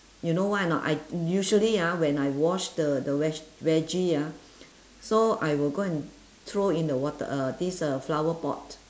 you know why or not I usually ah when I wash the the veg~ veggie ah so I will go and throw in the water uh this uh flower pot